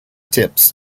tips